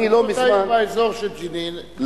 אני, לא מזמן, באזור של ג'נין,